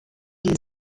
die